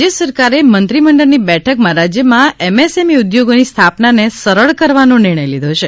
રાજ્ય સરકારે મંત્રીમંડળની બેઠકમાં રાજ્યમાં એમએસએમઈ ઉદ્યોગોની સ્થાપનાને સરળ કરવાનો નિર્ણય લીધો છે